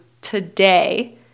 today